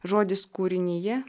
žodis kūrinyje